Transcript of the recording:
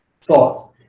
thought